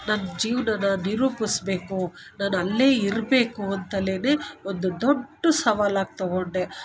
ನನ್ನ ಜೀವನ ನಿರೂಪಿಸ್ಬೇಕು ನಾನು ಅಲ್ಲೇ ಇರಬೇಕು ಅಂತಲೇ ಒಂದು ದೊಡ್ಡ ಸವಾಲಾಗಿ ತಗೊಂಡೆ